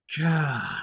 God